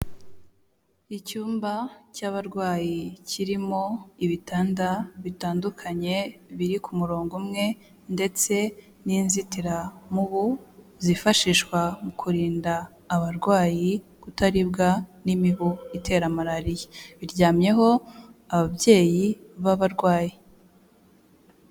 Icyumba cy'abarwayi kirimo ibitanda bitandukanye biri ku murongo umwe, ndetse n'inzitiramubu zifashishwa mu kurinda abarwayi kutaribwa n'imibu itera marariya, biryamyeho ababyeyi b'abarwayi.